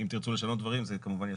אם תרצו לשנות דברים, זה כמובן ישפיע.